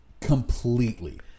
Completely